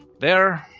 there.